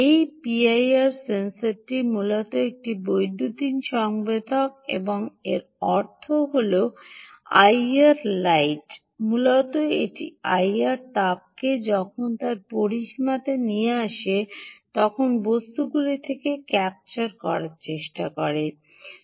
এই পিআইআর সেন্সরটি মূলত একটি বৈদ্যুতিন সংবেদক এবং এর অর্থ হল আইআর লাইট মূলত এটি আইআর তাপকে যখন তার পরিসীমাতে আসে তখন বস্তুগুলি থেকে ক্যাপচার করার চেষ্টা করছে